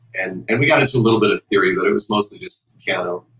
and and we got into a little bit of period when it was mostly just piano.